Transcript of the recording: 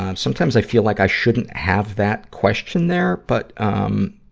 um sometimes i feel like i shouldn't have that question there, but, um,